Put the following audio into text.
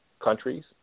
countries